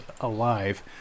alive